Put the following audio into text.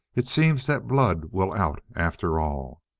it seems that blood will out, after all.